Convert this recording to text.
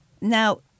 Now